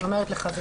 אז אני אומרת,